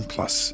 Plus